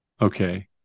Okay